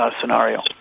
scenario